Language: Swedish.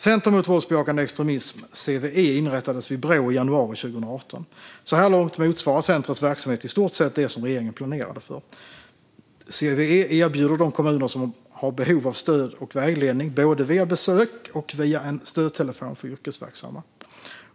Center mot våldsbejakande extremism, CVE, inrättades vid Brå i januari 2018. Så här långt motsvarar centrets verksamhet i stort sett det som regeringen planerade för. CVE erbjuder stöd och vägledning till de kommuner som har behov av detta, både via besök och via en stödtelefon för yrkesverksamma.